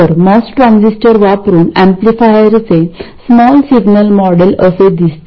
तर MOS transistor वापरून ऍम्प्लिफायरचे स्मॉल सिग्नल मॉडेल असे दिसते